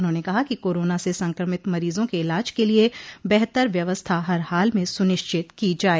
उन्होंने कहा कि कोरोना से संक्रमित मरीजों के इलाज के लिये बेहतर व्यवस्था हर हाल में सुनिश्चित की जाये